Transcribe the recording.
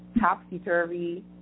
topsy-turvy